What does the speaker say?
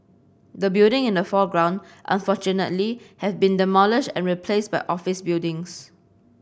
the building in the foreground unfortunately have been demolished and replaced by office buildings